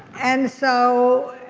and so,